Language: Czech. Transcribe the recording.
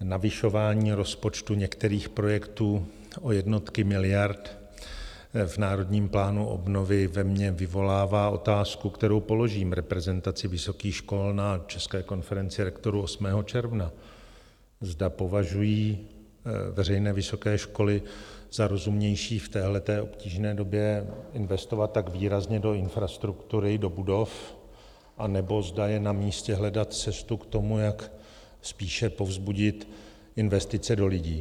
navyšování rozpočtu některých projektů o jednotky miliard v Národním plánu obnovy ve mně vyvolává otázku, kterou položím reprezentaci vysokých škol na České konferenci rektorů 8. června, zda považují veřejné vysoké školy za rozumnější v téhleté obtížné době investovat tak výrazně do infrastruktury, do budov, anebo zda je namístě hledat cestu k tomu, jak spíše povzbudit investice do lidí.